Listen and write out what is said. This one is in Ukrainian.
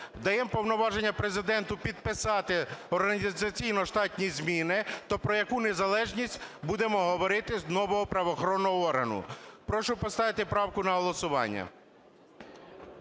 даємо повноваження Президенту підписати організаційно-штатні зміни. То про яку незалежність будемо говорити нового правоохоронного органу? Прошу поставити правку на голосування.